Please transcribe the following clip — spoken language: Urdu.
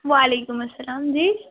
وعلیکم السلام جی